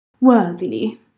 Worthily